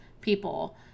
people